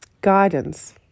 guidance